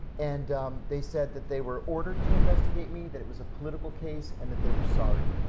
and they said that they were ordered to investigate me, that it was a political case, and that they were sorry.